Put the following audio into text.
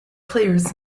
players